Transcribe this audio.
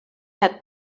had